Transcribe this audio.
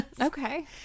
Okay